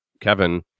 Kevin